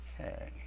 Okay